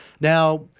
Now